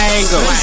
Angle